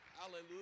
Hallelujah